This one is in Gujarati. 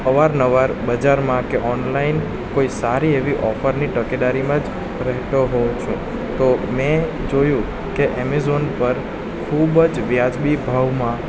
અવારનવાર બજારમાં કે ઓનલાઇન કોઈ સારી એવી ઓફરની તકેદારીમાં જ રહેતો હોવ છું તો મેં જોયું કે એમેઝોન પર ખૂબ જ વ્યાજબી ભાવમાં